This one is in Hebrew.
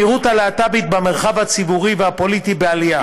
הנראות הלהט"בית במרחב הציבורי והפוליטי בעלייה,